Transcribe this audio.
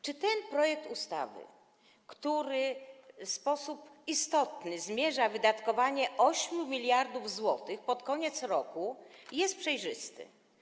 Czy ten projekt ustawy, który w sposób istotny zmienia wydatkowanie 8 mld zł pod koniec roku, jest przejrzysty?